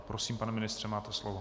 Prosím, pane ministře, máte slovo.